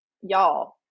y'all